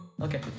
Okay